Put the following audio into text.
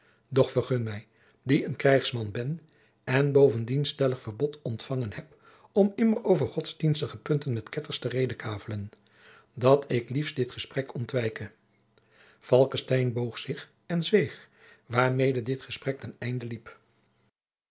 doch vergun mij die een krijgsman ben en bovendien stellig verbod ontfangen heb om immer over godsdienstige punten met ketters te redekavelen dat ik liefst dit gesprek ontwijke falckestein boog zich en zweeg waarmede dit gesprek ten einde liep